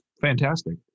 fantastic